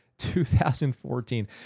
2014